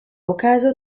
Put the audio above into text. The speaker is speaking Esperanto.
okazo